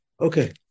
okay